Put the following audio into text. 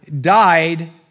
died